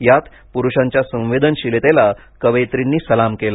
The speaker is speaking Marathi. यात पुरुषांच्या संवेदनशीलतेला कवयित्रींनी सलाम केला